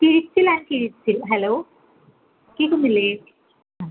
പിഴിച്ചിൽ and കിഴിച്ചിൽ hello കേൾക്കുന്നില്ലേ ആ